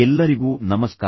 ಎಲ್ಲರಿಗೂ ನಮಸ್ಕಾರ